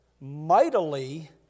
mightily